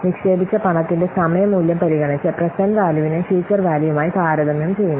നിക്ഷേപിച്ച പണത്തിന്റെ സമയ മൂല്യം പരിഗണിച്ച് പ്രേസേന്റ്റ് വാല്യൂവിനെ ഫ്യുച്ചർ വാല്യൂവുമായി താരതമ്യം ചെയ്യുന്നു